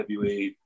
WWE